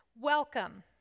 welcome